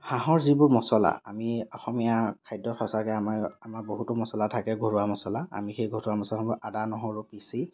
হাঁহৰ যিবোৰ মছলা আমি অসমীয়া খাদ্য়ত সঁচাকৈ আমাৰ আমাৰ বহুতো মছলা থাকে ঘৰুৱা মছলা আমি সেই ঘৰুৱা মছলাসমূহ আদা নহৰু পিচি